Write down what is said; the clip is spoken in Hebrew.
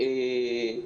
התמונה.